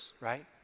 right